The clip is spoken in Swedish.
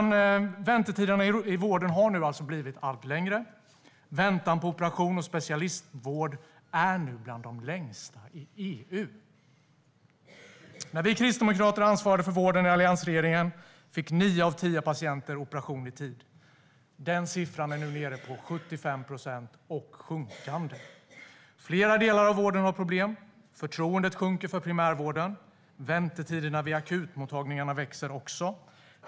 Väntetiderna i vården har alltså blivit allt längre. Väntetiderna på operation och specialistvård är nu bland de längsta i EU. När vi kristdemokrater ansvarade för vården i alliansregeringen fick nio av tio patienter operation i tid. Den siffran är nu nere på 75 procent och sjunkande. Flera delar av vården har problem. Förtroendet sjunker för primärvården. Väntetiderna vid akutmottagningarna växer också.